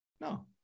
No